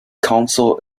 council